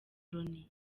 loni